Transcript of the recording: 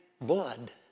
blood